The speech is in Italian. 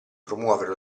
promuovere